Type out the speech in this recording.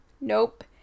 nope